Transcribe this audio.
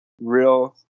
real